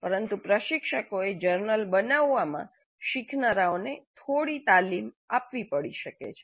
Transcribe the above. પરંતુ પ્રશિક્ષકોએ જર્નલ બનાવવામાં માં શીખનારાઓને થોડી તાલીમ આપવી પડી શકે છે